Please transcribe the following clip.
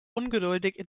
ungeduldig